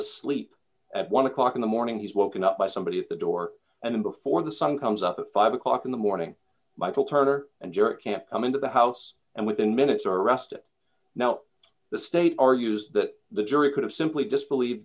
asleep at one o'clock in the morning he's woken up by somebody at the door and before the sun comes up at five o'clock in the morning michael turner and your camp come into the house and within minutes are arrested now the state argues that the jury could have simply disbelie